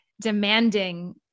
demanding